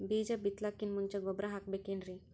ಬೀಜ ಬಿತಲಾಕಿನ್ ಮುಂಚ ಗೊಬ್ಬರ ಹಾಕಬೇಕ್ ಏನ್ರೀ?